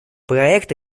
проект